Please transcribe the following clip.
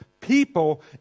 people